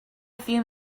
few